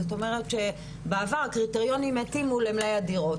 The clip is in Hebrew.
זאת אומרת שבעבר הקריטריונים התאימו למלאי הדירות,